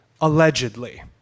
allegedly